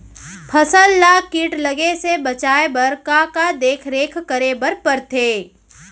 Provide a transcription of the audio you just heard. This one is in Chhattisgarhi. फसल ला किट लगे से बचाए बर, का का देखरेख करे बर परथे?